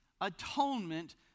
atonement